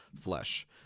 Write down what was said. flesh